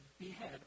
behead